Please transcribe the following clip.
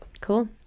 cool